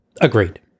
Agreed